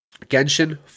Genshin